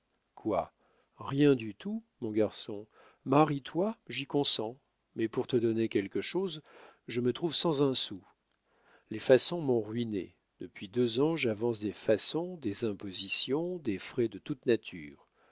quoi rien du tout mon garçon marie-toi j'y consens mais pour te donner quelque chose je me trouve sans un sou les façons m'ont ruiné depuis deux ans j'avance des façons des impositions des frais de toute nature